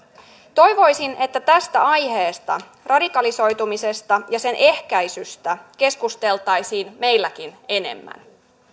toivoisin että tästä aiheesta radikalisoitumisesta ja sen ehkäisystä keskusteltaisiin meilläkin enemmän